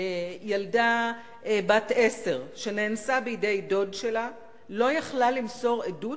ילדה בת עשר שנאנסה בידי דוד שלה לא יכלה למסור עדות,